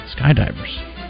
Skydivers